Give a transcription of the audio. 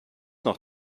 noch